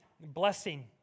blessing